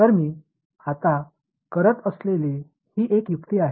तर मी आता करत असलेली ही एक युक्ती आहे